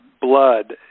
blood